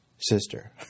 sister